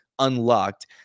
Unlocked